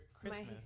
Christmas